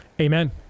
Amen